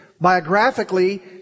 Biographically